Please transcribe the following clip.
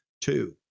Two